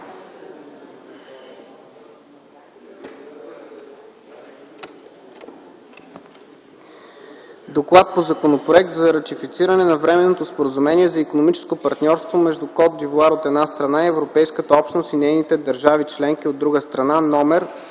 „ДОКЛАД по Законопроект за ратифициране на Временното споразумение за икономическо партньорство между Кот д'Ивоар, от една страна, и Европейската общност и нейните държави-членки, от друга страна,